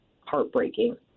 heartbreaking